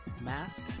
mask